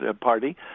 Party